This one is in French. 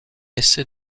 essai